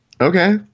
Okay